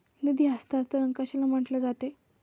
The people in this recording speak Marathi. निधी हस्तांतरण कशाला म्हटले जाते?